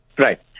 Right